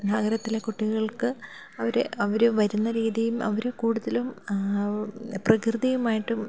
നഗരത്തിലെ കുട്ടികൾക്ക് അവർ അവർ വരുന്ന രീതിയും അവർ കൂടുതലും പ്രകൃതിയുമായിട്ടും